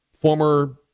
former